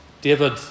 David